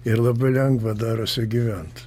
ir labai lengva darosi gyventi